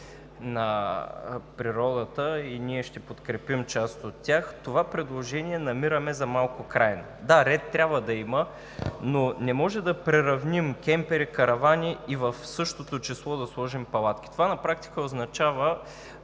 на природата ние ще подкрепим част от тях, но това предложение намираме за малко крайно. Да, ред трябва да има, но не можем да приравним кемпери, каравани и в същото число да сложим палатки. Това на практика означава